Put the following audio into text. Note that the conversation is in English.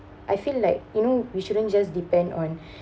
I feel like you know we shouldn't just depend on